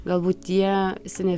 galbūt tie seni